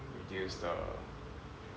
reduce the